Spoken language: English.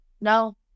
No